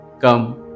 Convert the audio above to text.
Come